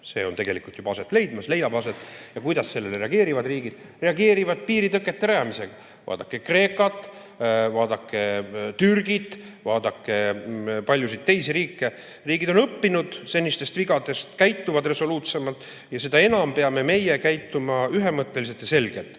See tegelikult juba leiab aset. Kuidas riigid sellele reageerivad? Reageerivad piiritõkete rajamisega. Vaadake Kreekat, vaadake Türgit, vaadake paljusid teisi riike! Riigid on õppinud senistest vigadest, käituvad resoluutsemalt. Ja seda enam peame meie käituma ühemõtteliselt ja selgelt.